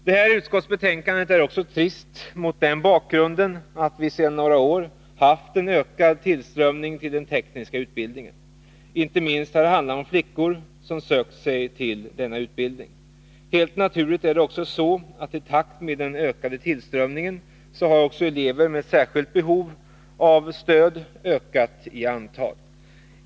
Det här utskottsbetänkandet är också trist mot den bakgrunden att vi sedan några år haft en ökad tillströmning till den tekniska utbildningen. Inte minst har det handlat om flickor, som sökt sig till denna utbildning. Helt naturligt är det också så att i takt med den ökade tillströmningen har elever med särskilda behov av stöd ökat i antal.